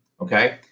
okay